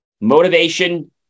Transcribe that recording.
motivation